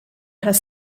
has